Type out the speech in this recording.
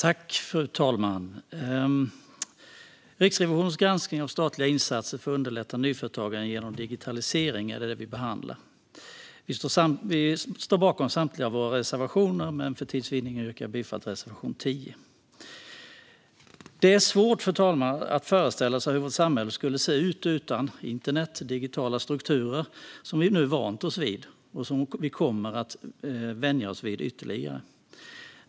Fru talman! Riksrevisionens granskning av statliga insatser för att underlätta nyföretagande genom digitalisering är det vi behandlar. Vi står bakom samtliga våra reservationer, men för tids vinnande yrkar jag bifall till reservation 10. Fru talman! Det är svårt att föreställa sig hur vårt samhälle skulle se ut utan internet och de digitala strukturer som vi nu vant oss vid och som vi kommer att vänja oss vid ytterligare.